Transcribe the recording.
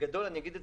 מערך של